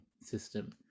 system